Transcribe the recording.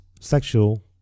sexual